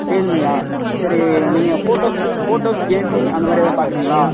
ரியல்மீயா சரி நீங்கள் photos photos gaming அந்தமாதிரி எதாவது பார்க்குறிங்களா